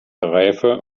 reife